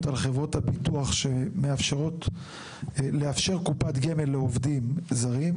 על חברות הביטוח שמאפשרות לאפשר קופת גמל לעובדים זרים,